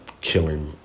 killing